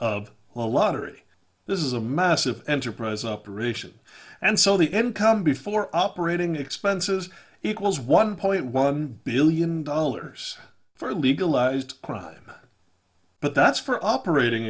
a lottery this is a massive enterprise operation and so the end come before operating expenses equals one point one billion dollars for legalized crime but that's for operating